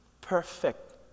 perfect